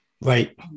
Right